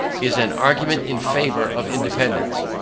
is an argument in favor of independance.